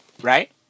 right